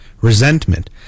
resentment